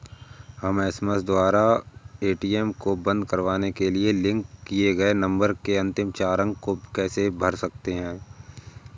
हम एस.एम.एस द्वारा ए.टी.एम को बंद करवाने के लिए लिंक किए गए नंबर के अंतिम चार अंक को कैसे भर सकते हैं?